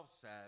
says